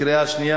קריאה שנייה